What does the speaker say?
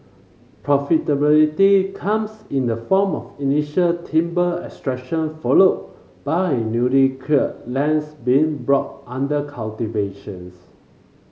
profitability comes in the form of initial timber extraction followed by newly cleared lands being brought under cultivations